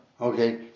Okay